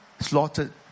Slaughtered